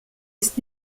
ist